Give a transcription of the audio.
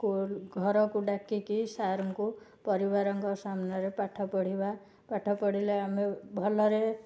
school ଘରକୁ ଡାକିକି sir ଙ୍କୁ ପରିବାରଙ୍କ ସାମ୍ନାରେ ପାଠ ପଢ଼ିବା ପାଠ ପଢ଼ିଲେ ଆମେ ଭଲରେ